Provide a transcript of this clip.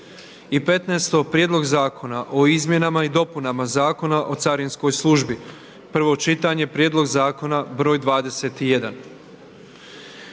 13. Prijedlog zakona o Izmjenama i dopunama Zakona o trošarinama, prvo čitanje, prijedlog zakona br. 27,